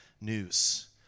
news